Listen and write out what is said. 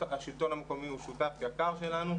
השלטון המקומי הוא שותף יקר שלנו,